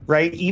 Right